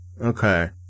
Okay